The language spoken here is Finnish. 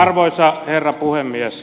arvoisa herra puhemies